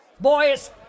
Boys